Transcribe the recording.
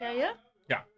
ja